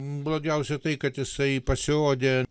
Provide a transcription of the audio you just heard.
blogiausia tai kad jisai pasirodė